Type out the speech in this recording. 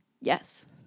Yes